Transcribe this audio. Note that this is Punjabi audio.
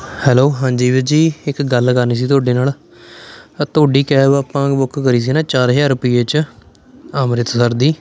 ਹੈਲੋ ਹਾਂਜੀ ਵੀਰ ਜੀ ਇੱਕ ਗੱਲ ਕਰਨੀ ਸੀ ਤੁਹਾਡੇ ਨਾਲ ਆ ਤੁਹਾਡੀ ਕੈਬ ਆਪਾਂ ਬੁੱਕ ਕਰੀ ਸੀ ਨਾ ਚਾਰ ਹਜ਼ਾਰ ਰੁਪਈਏ 'ਚ ਅੰਮ੍ਰਿਤਸਰ ਦੀ